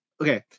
Okay